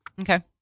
Okay